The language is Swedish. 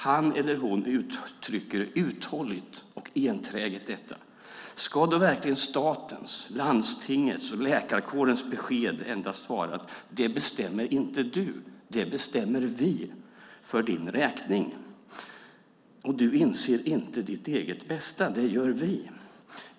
Han eller hon uttrycker uthålligt och enträget detta. Då undrar jag om statens, landstingets och läkarkårens besked verkligen endast ska vara: Det bestämmer inte du. Det bestämmer vi för din räkning. Du inser inte ditt eget bästa. Det gör vi.